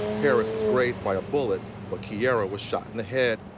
paris was grazed by a bullet. but key era was shot in the head.